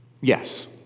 yes